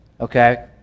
okay